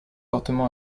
fortement